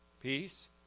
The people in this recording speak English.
Peace